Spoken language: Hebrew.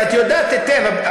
את יודעת היטב,